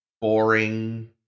boring